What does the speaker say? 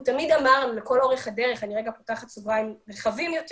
אמרנו לכל אורך הדרך אני פותחת סוגריים רחבים יותר